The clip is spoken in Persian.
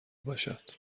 باشد